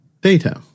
data